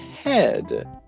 Head